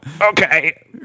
okay